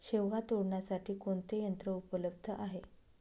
शेवगा तोडण्यासाठी कोणते यंत्र उपलब्ध आहे?